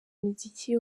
muziki